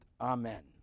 amen